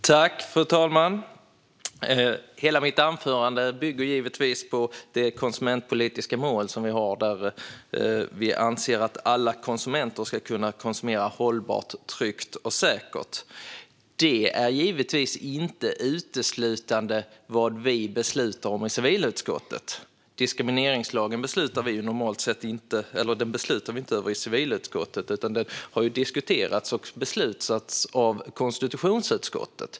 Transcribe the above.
Fru talman! Hela mitt anförande bygger givetvis på det konsumentpolitiska mål som vi har, där vi anser att alla konsumenter ska kunna konsumera hållbart, tryggt och säkert. Det är givetvis inte uteslutande vad vi beslutar om i civilutskottet - diskrimineringslagen beslutar vi inte om i civilutskottet, utan den har diskuterats och beslutats av konstitutionsutskottet.